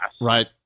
Right